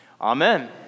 Amen